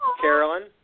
Carolyn